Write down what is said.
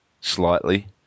slightly